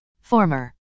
Former